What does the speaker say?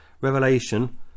revelation